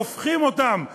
הופכים אותם לחוקיים,